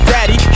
Daddy